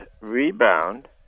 rebound